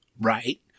right